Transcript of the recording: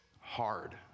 hard